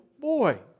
boy